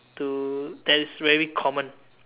to that is very common